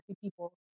people